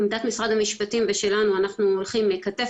עמדת משרד המשפטים ושלנו שאנחנו הולכים כתף